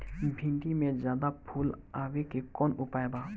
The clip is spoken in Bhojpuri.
भिन्डी में ज्यादा फुल आवे के कौन उपाय बा?